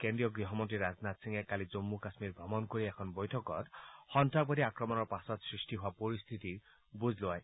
কেন্দ্ৰীয় গৃহমন্ত্ৰী ৰাজনাথ সিঙে কালি জম্মু কাশ্মীৰ ভ্ৰমণ কৰি এখন বৈঠকত সন্তাসবাদী আক্ৰমণৰ পাছত সৃষ্টি হোৱা পৰিস্থিতিৰ বুজ লয়